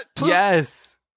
Yes